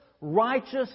righteous